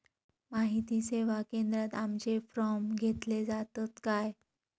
माहिती सेवा केंद्रात आमचे फॉर्म घेतले जातात काय?